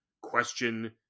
question